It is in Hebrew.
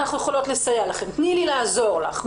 תני לי לעזור לך,